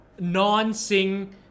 non-Sing